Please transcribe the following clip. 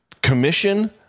Commission